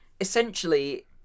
essentially